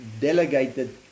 delegated